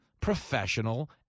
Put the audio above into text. professional